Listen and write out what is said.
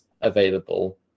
available